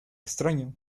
extraño